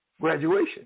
graduation